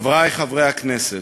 חברי חברי הכנסת,